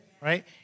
Right